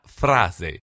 frase